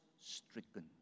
stricken